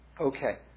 Okay